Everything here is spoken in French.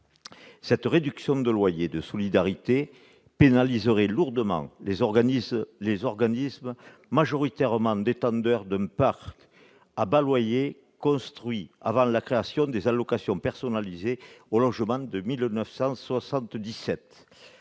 Cette réduction de loyer de solidarité pénaliserait lourdement les organismes majoritairement détendeurs d'un parc à bas loyer construit avant la création des allocations personnalisées au logement de 1977.